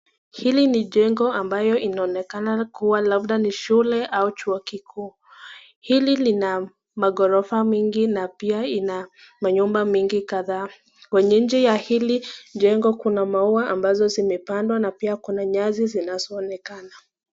Hili ni jengo ambayo inaonekana kuwa labda ni shule au chuo kikuu. Hili lina magorofa mingi na pia ina manyumba mingi kadhaa kwenye, njia hili kuna maua ambazo zimepandwa na pia kuna nyasi zinazo onekana.